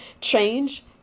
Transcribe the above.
change